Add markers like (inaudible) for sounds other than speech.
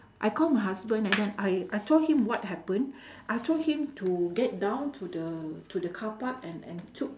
I called my husband and then I I told him what happen (breath) I told him to get down to the to the car park and and took